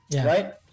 right